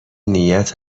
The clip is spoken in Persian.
نیت